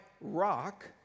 rock